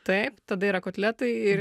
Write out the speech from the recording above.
taip tada yra kotletai ir